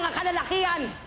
and like i